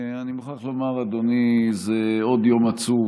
אני מוכרח לומר, אדוני, זה עוד יום עצוב,